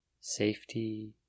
Safety